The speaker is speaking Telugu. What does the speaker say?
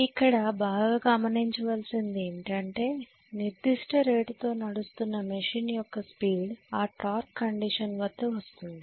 ఇక్కడ బాగా గమనించవలసినది ఏమిటంటే నిర్దిష్ట రేటుతో నడుస్తున్న మెషిన్ యొక్క స్పీడ్ ఆ టార్క్ కండిషన్ వద్ద వస్తుంది